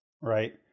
right